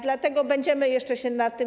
Dlatego będziemy jeszcze się nad tym.